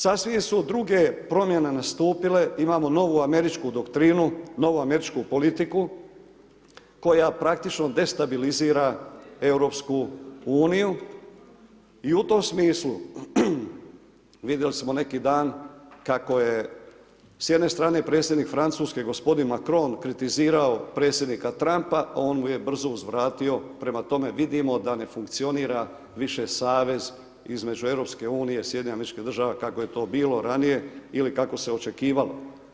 Sasvim su druge promjene nastupile, imamo novu američku doktrinu, novu američku politiku koja praktično destabilizira EU i u tom smislu vidjeli smo neki dan kako je s jedne strane predsjednik Francuske g. Macron kritizirao predsjednika Trumpa, on je brzo uzvratio, prema tome vidimo da ne funkcionira više savez između EU-a i SAD-a kako je to bilo ranije ili kako se očekivalo.